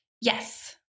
yes